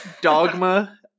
Dogma